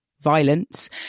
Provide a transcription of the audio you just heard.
violence